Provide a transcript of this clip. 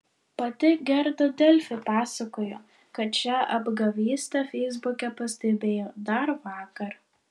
pati gerda delfi pasakojo kad šią apgavystę feisbuke pastebėjo dar vakar